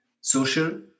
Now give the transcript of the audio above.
social